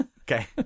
Okay